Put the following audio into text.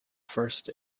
first